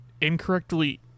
incorrectly